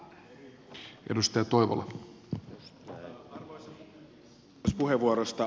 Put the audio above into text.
arvoisa puhemies